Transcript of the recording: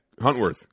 Huntworth